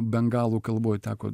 bengalų kalboj teko